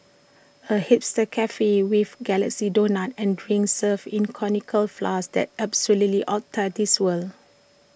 A hipster Cafe with galaxy donuts and drinks served in conical flasks that's absolutely outta this world